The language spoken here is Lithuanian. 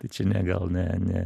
tai čia ne gal ne ne